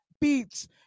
beats